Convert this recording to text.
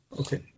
Okay